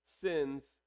sins